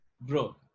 bro